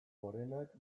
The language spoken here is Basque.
gorenak